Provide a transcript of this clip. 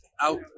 out